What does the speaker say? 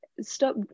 Stop